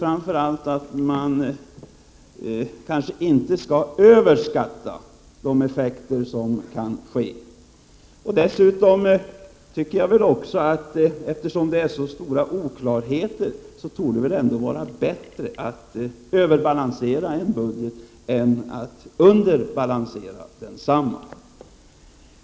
Framför allt tror jag att man inte skall överskatta de effekter som kan uppstå. Eftersom det råder stor oklarhet, torde det väl ändå vara bättre att överbalansera en budget än att underbalansera.